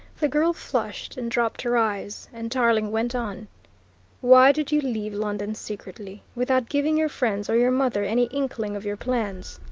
the girl flushed and dropped her eyes, and tarling went on why did you leave london secretly, without giving your friends or your mother any inkling of your plans?